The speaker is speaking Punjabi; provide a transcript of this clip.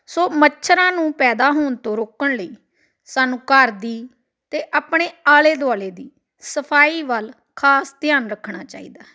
ਸੋ ਮੱਛਰਾਂ ਨੂੰ ਪੈਦਾ ਹੋਣ ਤੋਂ ਰੋਕਣ ਲਈ ਸਾਨੂੰ ਘਰ ਦੀ ਅਤੇ ਆਪਣੇ ਆਲੇ ਦੁਆਲੇ ਦੀ ਸਫਾਈ ਵੱਲ ਖਾਸ ਧਿਆਨ ਰੱਖਣਾ ਚਾਹੀਦਾ